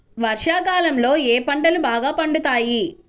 వర్షాకాలంలో ఏ పంటలు బాగా పండుతాయి?